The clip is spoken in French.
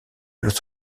los